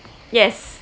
yes